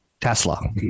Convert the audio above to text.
Tesla